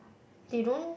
they don't